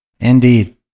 Indeed